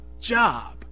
job